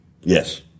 Yes